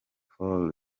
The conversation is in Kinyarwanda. follow